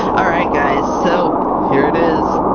all right guys, so here it is!